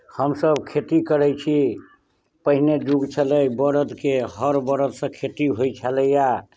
हमसभ खेती करैत छी पहिने युग छलै बड़दके हर बड़दसँ खेती होइत छलैए